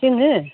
जोङो